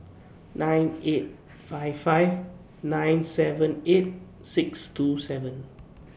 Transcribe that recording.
nine eight five five nine seven eight six two seven